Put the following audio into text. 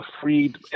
freed